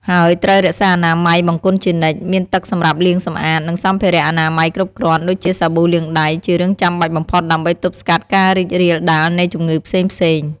ហើយត្រូវរក្សាអនាម័យបង្គន់ជានិច្ច មានទឹកសម្រាប់លាងសម្អាត និងសម្ភារៈអនាម័យគ្រប់គ្រាន់ ដូចជាសាប៊ូលាងដៃ ជារឿងចាំបាច់បំផុតដើម្បីទប់ស្កាត់ការរីករាលដាលនៃជំងឺផ្សេងៗ។